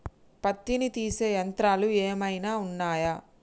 పత్తిని తీసే యంత్రాలు ఏమైనా ఉన్నయా?